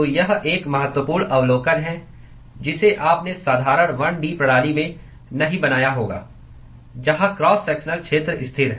तो यह एक महत्वपूर्ण अवलोकन है जिसे आपने साधारण 1D प्रणाली में नहीं बनाया होगा जहां क्रॉस सेक्शनल क्षेत्र स्थिर है